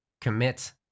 Commit